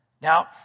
Now